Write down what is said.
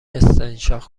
استنشاق